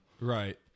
Right